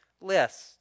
list